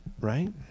Right